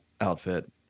outfit